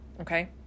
okay